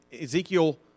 Ezekiel